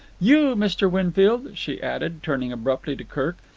you, mr. winfield, she added, turning abruptly to kirk,